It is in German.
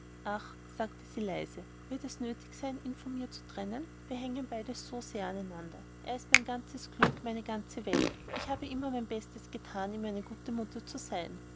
ach sagte sie leise wird es nötig sein ihn von mir zu trennen wir hängen so sehr aneinander er ist mein ganzes glück meine ganze welt ich habe immer mein bestes gethan ihm eine gute mutter zu sein